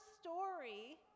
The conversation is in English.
story